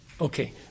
Okay